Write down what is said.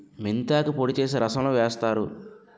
మెంతాకు పొడి చేసి రసంలో వేస్తారు